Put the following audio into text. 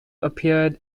appeared